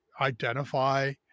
identify